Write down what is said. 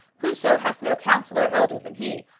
whoso hath no counsellor elder than he,